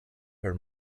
her